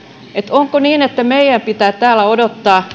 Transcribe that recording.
onko niin että meidän pitää täällä odottaa